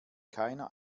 keiner